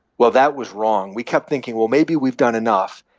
well, that was wrong. we kept thinking, well, maybe we've done enough.